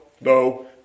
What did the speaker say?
no